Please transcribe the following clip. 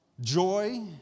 joy